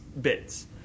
bits